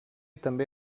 també